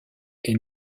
est